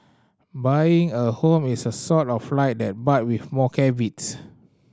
buying a home is sort of like that but with more caveats